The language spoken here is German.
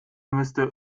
müsste